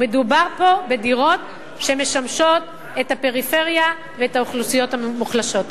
מדובר פה בדירות שמשמשות את הפריפריה ואת האוכלוסיות המוחלשות.